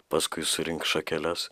paskui surinks šakeles